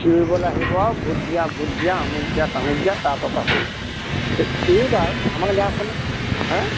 চিঞৰিবলে আহিব আৰু ভোট দিয়া ভোট দিয়া আমুক দিয়া তামুক দিয়া তাৰ পৰা পাহৰিব গতিকে এইবাৰ আমাৰ গাঁৱখনত হা